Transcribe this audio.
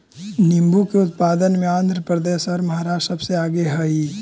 नींबू के उत्पादन में आंध्र प्रदेश और महाराष्ट्र सबसे आगे हई